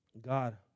God